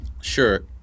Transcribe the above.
Sure